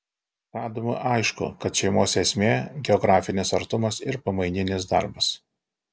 sadm aišku kad šeimos esmė geografinis artumas ir pamaininis darbas